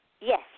Yes